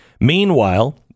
Meanwhile